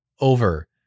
over